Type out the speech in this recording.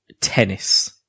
Tennis